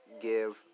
give